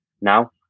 now